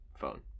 phone